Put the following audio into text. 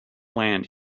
land